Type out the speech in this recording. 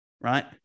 right